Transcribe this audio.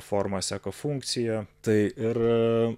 forma seka funkciją tai ir